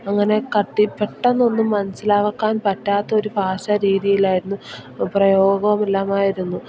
അങ്ങനെ കട്ടി പെട്ടെന്നൊന്നും മനസ്സിലാക്കാൻ പറ്റാത്തൊരു ഭാഷ രീതിയിലായിരുന്നു പ്രയോഗവുമെല്ലാമായിരുന്നു